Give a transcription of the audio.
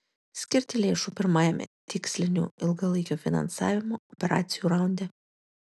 skirti lėšų pirmajame tikslinių ilgalaikio finansavimo operacijų raunde